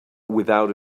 without